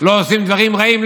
לא עושים דברים רעים,